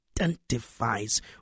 identifies